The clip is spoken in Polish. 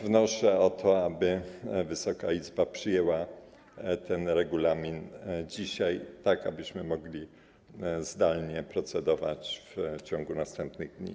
Wnoszę o to, aby Wysoka Izba przyjęła ten regulamin dzisiaj, tak abyśmy mogli zdalnie procedować w ciągu następnych dni.